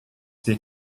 wir